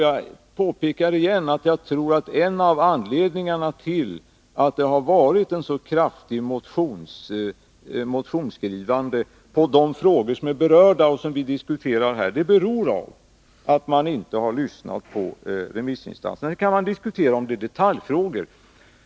Jag påpekar igen att jag tror att en av anledningarna tillatt det har varit ett så kraftigt motionsskrivande i de frågor som är berörda och som vi diskuterar just är att man inte har lyssnat på remissinstanserna. Sedan kan man diskutera om det här är detaljfrågor.